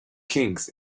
kings